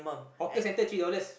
hawker center three dollars